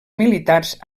militars